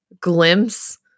glimpse